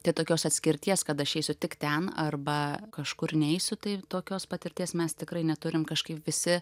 tai tokios atskirties kad aš eisiu tik ten arba kažkur neisiu tai tokios patirties mes tikrai neturim kažkaip visi